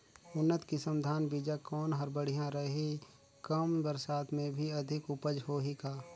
उन्नत किसम धान बीजा कौन हर बढ़िया रही? कम बरसात मे भी अधिक उपज होही का?